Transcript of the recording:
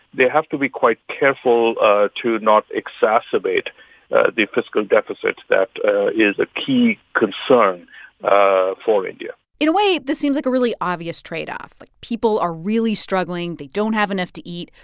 they have to be quite careful ah to not exacerbate the fiscal deficit. that is a key concern ah for india in a way, this seems like a really obvious trade-off. like people are really struggling. they don't have enough to eat.